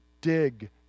Dig